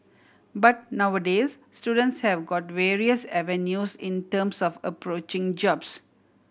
but nowadays students have got various avenues in terms of approaching jobs